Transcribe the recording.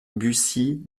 bucy